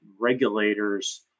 regulators